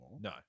No